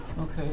Okay